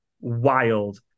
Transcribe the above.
wild